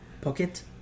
Pocket